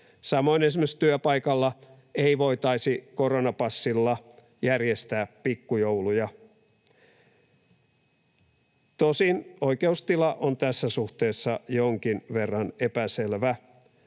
Samoin esimerkiksi työpaikalla ei voitaisi koronapassilla järjestää pikkujouluja. Tosin oikeustila on tässä suhteessa jonkin verran epäselvä.